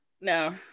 No